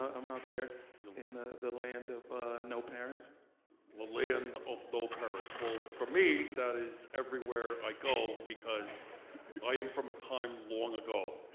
ah um out there in the the land of no parents. the land of no parents well, for me that is everywhere i go because i am from a time long ago.